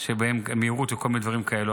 שבהם המהירות ודברים כאלו,